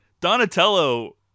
Donatello